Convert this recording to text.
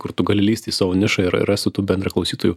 kur tu gali lįsti į savo nišą ir rasti bendraklausytojų